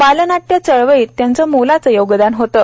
बालनाट्य चळवळीत त्यांचं मोलाचं योगदान होतं